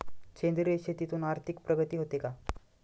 सेंद्रिय शेतीतून आर्थिक प्रगती होते का?